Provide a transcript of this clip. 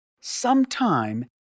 sometime